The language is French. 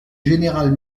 général